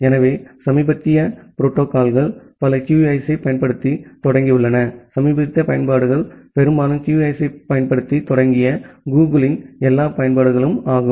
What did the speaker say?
எனவே சமீபத்திய புரோட்டோகால்கள் பல QUIC ஐப் பயன்படுத்தத் தொடங்கியுள்ளன சமீபத்திய பயன்பாடுகள் பெரும்பாலும் QUIC ஐப் பயன்படுத்தத் தொடங்கிய Google இன் எல்லா பயன்பாடுகளும் ஆகும்